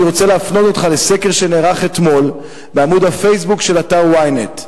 אני רוצה להפנות אותך לסקר שנערך אתמול בעמוד ה"פייסבוק" של אתר Ynet.